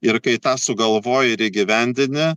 ir kai tą sugalvoji ir įgyvendini